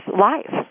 life